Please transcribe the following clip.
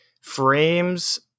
Frames